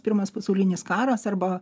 pirmas pasaulinis karas arba